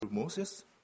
Moses